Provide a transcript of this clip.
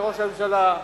לראש הממשלה,